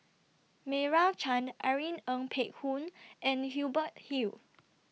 Meira Chand Irene Ng Phek Hoong and Hubert Hill